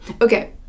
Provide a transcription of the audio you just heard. okay